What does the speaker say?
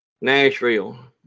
nashville